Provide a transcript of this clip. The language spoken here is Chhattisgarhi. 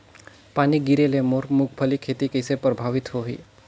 पानी गिरे ले मोर मुंगफली खेती कइसे प्रभावित होही?